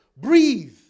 Breathe